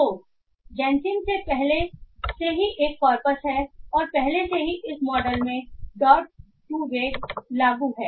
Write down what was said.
तो जैनसिम में पहले से ही एक कॉर्पस है और पहले से ही इस मॉडल में डॉक्2वेक् लागू है